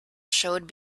showed